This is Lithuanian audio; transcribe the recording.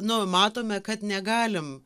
nu matome kad negalim